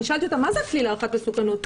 שאלתי אותה מה זה הכלי להערכת מסוכנות?